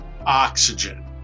oxygen